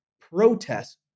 protest